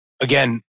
again